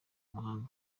mahanga